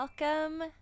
Welcome